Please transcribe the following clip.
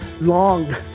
long